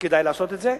שכדאי לעשות את זה.